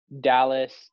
Dallas